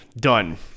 done